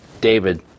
David